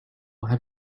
have